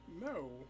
No